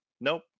Nope